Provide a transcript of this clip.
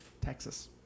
Texas